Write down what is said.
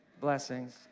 Blessings